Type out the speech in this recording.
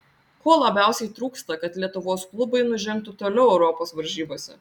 ko labiausiai trūksta kad lietuvos klubai nužengtų toliau europos varžybose